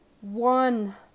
one